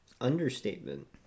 understatement